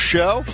Show